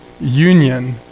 union